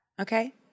Okay